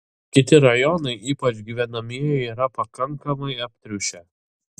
kiti rajonai ypač gyvenamieji yra pakankamai aptriušę